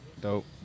dope